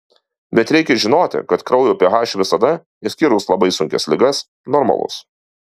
bet reikia žinoti kad kraujo ph visada išskyrus labai sunkias ligas normalus